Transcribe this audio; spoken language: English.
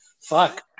Fuck